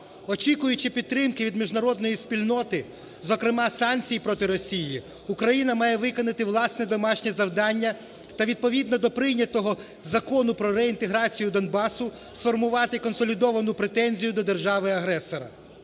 Очікуючи підтримки від міжнародної спільноти, зокрема санкцій проти Росії, Україна має виконати власне домашнє завдання та відповідно до прийнятого Закону про реінтеграцію Донбасу сформувати консолідовану претензію до держави-агресора.